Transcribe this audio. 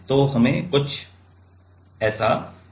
तो हमें कुछ ऐसा मिलता है